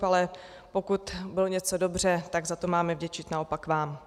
Ale pokud bylo něco dobře, tak za to máme vděčit naopak vám.